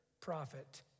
prophet